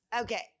Okay